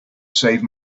save